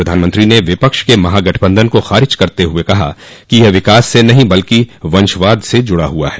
प्रधानमंत्री ने विपक्ष के महागठबंधन को खारिज करते हुए कहा कि यह विकास से नहीं बल्कि वंशवाद से जुड़ा है